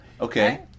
Okay